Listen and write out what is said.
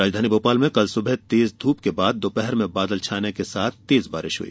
राजधानी भोपाल में कल सुबह तेज धूप के बाद दोपहर में बादल छाने के साथ तेज बारिश हुई